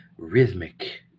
rhythmic